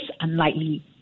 unlikely